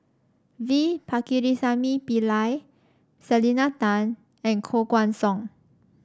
V Pakirisamy Pillai Selena Tan and Koh Guan Song